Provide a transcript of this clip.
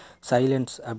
silence